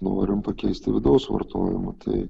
norim pakeisti vidaus vartojimą tai